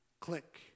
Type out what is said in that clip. click